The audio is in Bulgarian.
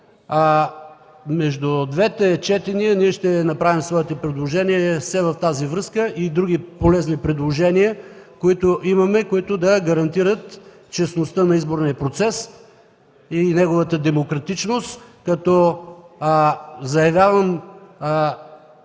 Между двете четения ние ще направим своите предложения все в тази връзка, както и други полезни предложения, които имаме, които да гарантират честността на изборния процес и неговата демократичност. Заявявам